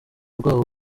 rw’aba